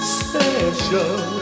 special